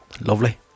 Lovely